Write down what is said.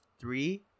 three